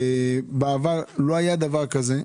בעבר לא היה דבר כזה,